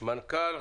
מנכ"ל